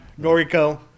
Noriko